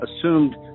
assumed